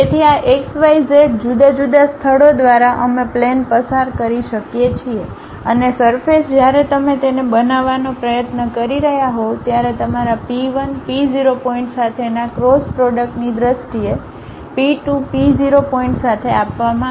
તેથી આ xyz જુદા જુદા સ્થળો દ્વારા અમે પ્લેન પસાર કરી શકીએ છીએ અને સરફેસ જ્યારે તમે તેને બનાવવાનો પ્રયત્ન કરી રહ્યાં હોવ ત્યારે તમારા P 1 P 0 પોઇન્ટ સાથેના ક્રોસ પ્રોડક્ટની દ્રષ્ટિએ P 2 P 0 પોઇન્ટ સાથે આપવામાં આવશે